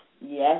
Yes